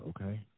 okay